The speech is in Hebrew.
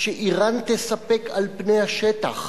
שאירן תספק על פני השטח,